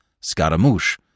Scaramouche